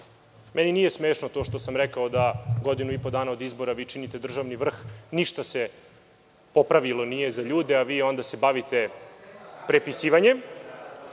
meni nije smešno to što sam rekao da godinu i po dana od izbora vi činite državni vrh i ništa se popravilo nije za ljude, a vi se bavite prepisivanjem.